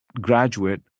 graduate